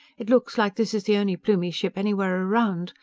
it looks like this is the only plumie ship anywhere around.